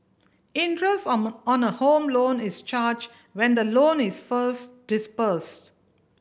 interest on on a Home Loan is charged when the loan is first disbursed